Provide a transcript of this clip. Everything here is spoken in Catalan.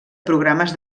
programes